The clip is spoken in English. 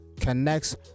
connects